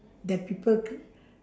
that people c~